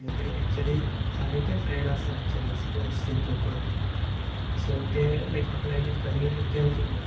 म्हजे एक्च्युली जायते फ्रेंड आसात एक्च्युली स्पोर्ट्स हातूंत करपा सो ते लायक आपणालें करियर केला तांणी